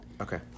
Okay